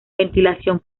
ventilación